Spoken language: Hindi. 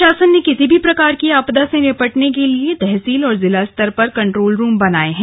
प्रशासन ने किसी भी प्रकार की आपदा से निपटने के लिए तहसील और जिला स्तर पर कंट्रोल रूम बनाए हैं